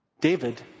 David